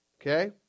Okay